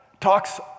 talks